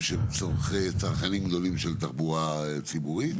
שהם צרכנים גדולים של תחבורה ציבורית.